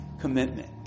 commitment